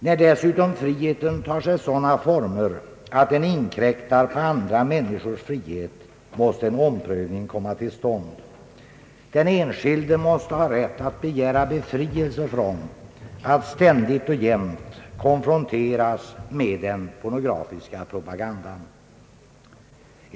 När dessutom friheten tar sig sådana former att den inkräktar på andra människors frihet måste en omprövning komma till stånd. Den enskilde måste ha rätt att begära befrielse från att ständigt och jämt konfronteras med den pornografiska propagandan.